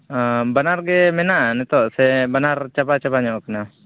ᱵᱟᱱᱟᱨ ᱜᱮ ᱢᱮᱱᱟᱜᱼᱟ ᱱᱤᱛᱳᱜ ᱥᱮ ᱵᱟᱱᱟᱨ ᱪᱟᱵᱟ ᱪᱟᱵᱟ ᱧᱚᱜ ᱟᱠᱟᱱᱟ